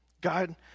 God